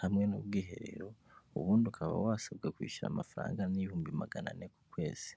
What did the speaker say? hamwe n'ubwiherero, ubundi ukaba wasabwa kwishyura amafaranga nk'ibihumbi magana ane ku kwezi.